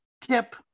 tip